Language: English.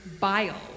Bile